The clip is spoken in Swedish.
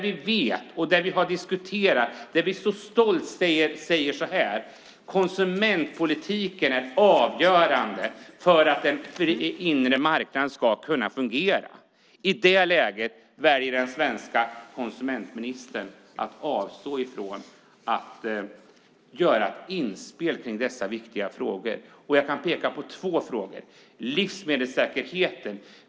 Vi vet och har diskuterat, och vi säger så stolt att konsumentpolitiken är avgörande för att den inre marknaden ska kunna fungera. I detta läge väljer den svenska konsumentministern att avstå ifrån att göra ett inspel kring dessa viktiga frågor. Jag kan peka på två frågor. Den första är livsmedelssäkerheten.